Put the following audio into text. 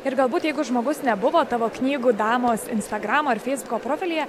ir galbūt jeigu žmogus nebuvo tavo knygų damos instagramo ar feisbuko profilyje